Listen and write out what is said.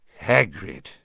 Hagrid